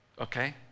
Okay